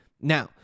Now